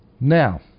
Now